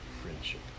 Friendship